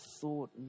thought